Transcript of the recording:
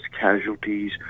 casualties